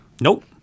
Nope